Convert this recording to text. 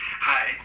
Hi